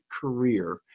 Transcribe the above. career